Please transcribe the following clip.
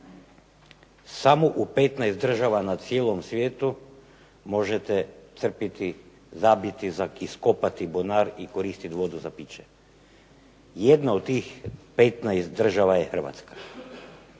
Samo u 15 država na cijelom svijetu možete crpiti, zabiti, iskopati bunar i koristiti vodu za piće. Jedna od tih 15 država je Hrvatska.